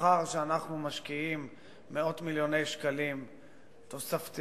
לאחר שאנחנו משקיעים מאות מיליוני שקלים תוספתיים